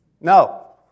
No